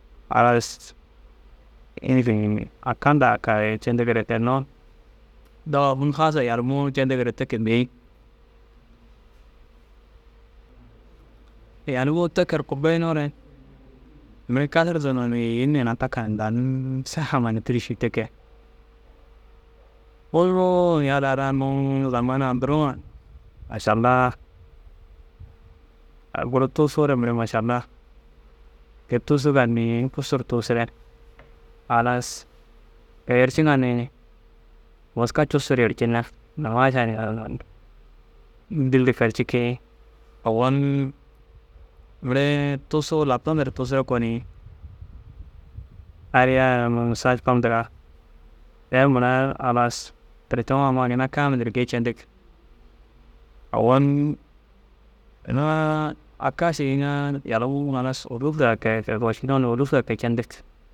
Halas mîšil aka ndaa ka yercindigire ke hinnoo dawa hun haasa yalimuu cêndigire te ke bêi. Yalimuu teker kûbeyinoore mire kasar sun yoo ni yîn ina ta ka dan sihama ni tîriši te ke. Unnu yala ara unnu zaman a nduruu ŋa mašallah aŋ guru tuusoore mire mašallah kei tuusugar ni cussu ru tuusure. Halas kei yerciŋga ni mûska cussur yercinne. Maaša ni dîllliker cikii. Ogon mire tuusoo laptan dir tuusuro ko ni «ariya ara unnu saš fam » ndigaa te murar halas tiretema huma ginna kaamil dir gei cendig. Ogon inaa aka ši inaa yalimuu halas ôlufura kege wošiyinoo ôlufura te cêndig.